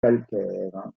calcaires